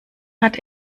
hat